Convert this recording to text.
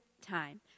time